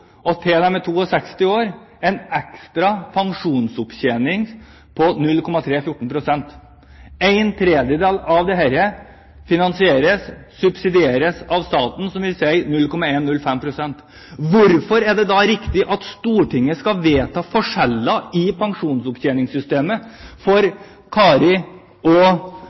og til de er 62 år – en ekstra pensjonsopptjening på 0,314 pst. En tredjedel av dette, dvs. 0,105 pst., finansieres/subsidieres av staten. Hvorfor er det da riktig at Stortinget vedtar forskjeller i pensjonsopptjeningssystemet for f.eks. Kari og